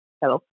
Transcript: Hello